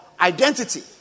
identity